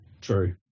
True